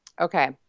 Okay